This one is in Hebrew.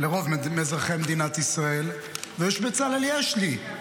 לרוב אזרחי מדינת ישראל, ויש את בצלאל יש לי,